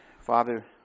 Father